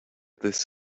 this